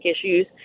issues